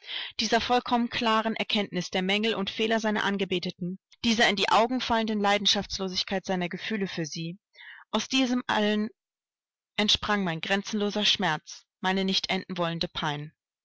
dieser vollkommen klaren erkenntnis der mängel und fehler seiner angebeteten dieser in die augen fallenden leidenschaftslosigkeit seiner gefühle für sie aus diesem allem entsprang mein grenzenloser schmerz meine nicht enden wollende pein